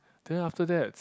then after that